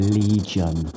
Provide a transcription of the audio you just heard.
legion